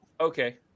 okay